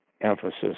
emphasis